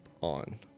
on